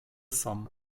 sam